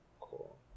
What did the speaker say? cool